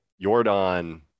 Jordan